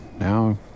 now